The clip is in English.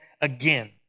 again